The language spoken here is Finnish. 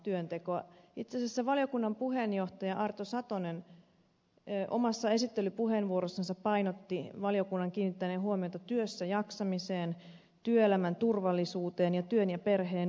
itse asiassa valiokunnan puheenjohtaja arto satonen omassa esittelypuheenvuorossaan painotti valiokunnan kiinnittäneen huomiota työssä jaksamiseen työelämän turvallisuuteen ja työn ja perheen yhteensovittamiseen